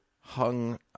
hung